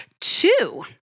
Two